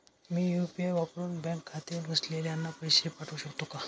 मी UPI वापरुन bank खाते नसलेल्यांना पैसे पाठवू शकते का?